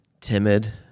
timid